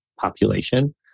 population